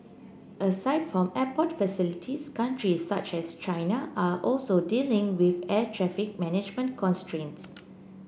aside from airport facilities countries such as China are also dealing with air traffic management constraints